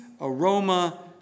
aroma